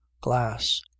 glass